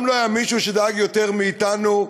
מעולם לא היה מישהו שדאג יותר מאתנו,